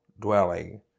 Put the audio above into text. dwelling